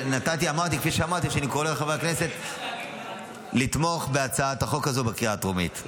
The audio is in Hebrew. כפי שאמרתי אני קורא לחברי הכנסת לתמוך בהצעת החוק הזאת בקריאה הטרומית.